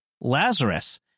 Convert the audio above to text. lazarus